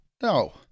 No